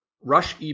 rush